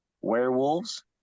werewolves